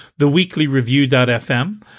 theweeklyreview.fm